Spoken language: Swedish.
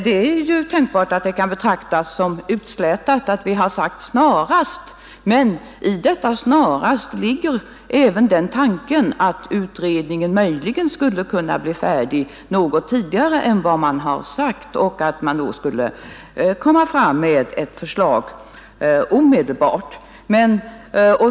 Det är tänkbart att det kan betraktas som utslätat att vi i reservationen skrivit ”snarast”, men i detta ord ligger tanken att utredningen möjligen skulle kunna bli färdig något tidigare än beräknat och att man då omedelbart kan lägga fram ett förslag.